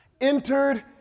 entered